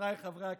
חבריי חברי הכנסת,